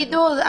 בידוד.